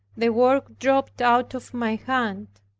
the work dropped out of my hand.